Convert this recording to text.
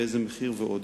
באיזה מחיר ועוד.